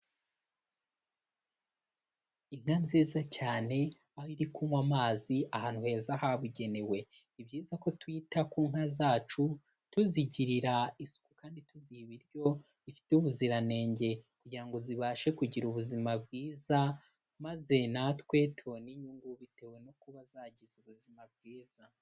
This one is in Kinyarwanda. Inka nziza cyane aho iri kunywa amazi ahantu heza habugenewe, ni byiza ko twita ku nka zacu tuzigirira isuku kandi tuziha ibiryo bifite ubuziranenge kugira ngo zibashe kugira ubuzima bwiza, maze natwe tubone inyungu bitewe no kuba zagize ubuzima bwiza.